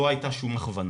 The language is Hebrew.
לא הייתה שום הכוונה".